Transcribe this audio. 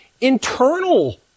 internal